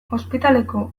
ospitaleko